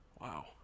Wow